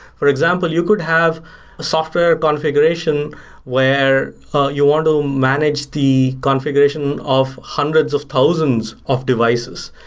for example, you could have a software configuration where you want to manage the configuration of hundreds of thousands of devices,